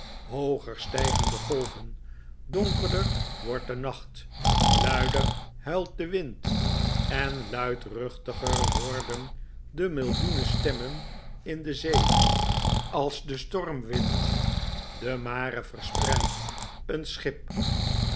hooger stijgen de golven donkerder wordt de nacht luider huilt de wind en luidruchtiger worden de millioenen stemmen in de zee als de stormwind de mare verspreidt een schip